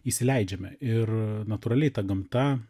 įsileidžiame ir natūraliai ta gamta